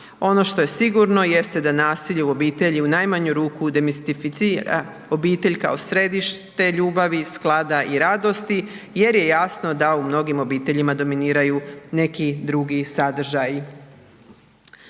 Ono što je sigurno jeste da nasilje u obitelji u najmanju ruku demistificira obitelj kao središte ljubavi, sklada i radosti jer je jasno da u mnogim obiteljima dominiraju neki drugi sadržaji.